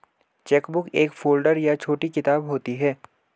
chequebook एक folder या छोटी किताब होती है